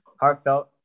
heartfelt